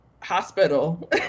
hospital